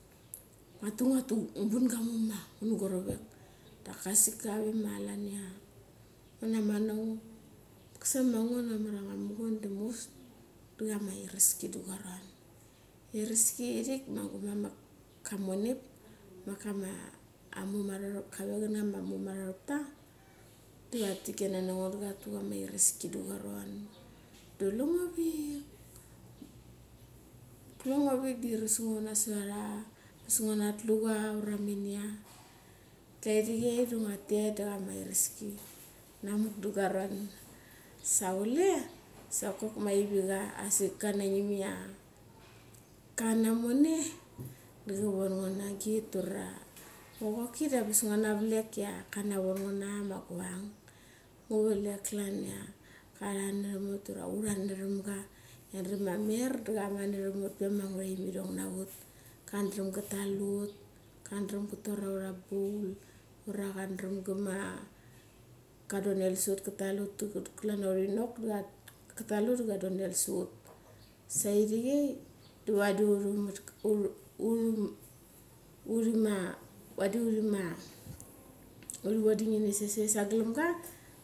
Ngua tu nguatu ngu ban ga muma ngu nu guaru varek. Da ka asik kare ma klan ia mana man na ngo, kusek ma ngo da ngua mugun da muguras da kama iraski da guaron. Ireski ia irik ma gumamak kamonip kave kana kama muma ropta. Da tha we tha tikina nanga da tha tu kama ireski da guaron da kule ngo vik. Kule ngo vik da ires ngo nasot ara. Angabasnguna tlu cha ura minia. Daka ire chei da ngua tet da chama ireski hamuk da guaron, sa chule sa chok ma chiri cha asik ka nangin kan namoni da ka von ngo na git ura, ngo choki da angabas ngunarlek kana von ngo na anga ma guang. Nguvalek klan ia charat niram ut, ura urat naram ga, i ngia dram ia mer di kamat naram ut pe ma anguraem irong na ut. Cha daram ka tal ut, cha daram ka tor ura baul, ura kandrem gama ka donel sa ut ka tal ut klan ia uri nok da ka daram ka tal ut da cha chonel sa ut. Sa ithikai. da vadi uthi vodi ngini sai. sai sa galamga.